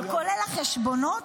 אבל כולל החשבונות,